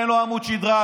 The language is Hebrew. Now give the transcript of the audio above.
אין לו עמוד שדרה,